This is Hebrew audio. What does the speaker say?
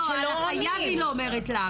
על ה"חייב" היא לא אומרת לך,